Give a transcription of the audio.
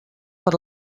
per